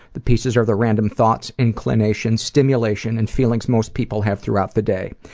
the pieces are the random thoughts, inclinations, stimulation and feelings most people have throughout the day.